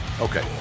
Okay